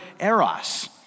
eros